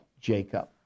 Jacob